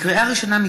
לקריאה ראשונה,